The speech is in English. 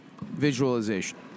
visualization